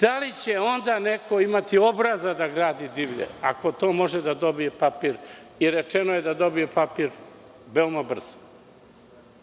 da li će onda neko imati obraza da gradi divlje ako može da dobije papir i rečeno je da će dobiti papir veoma brzo.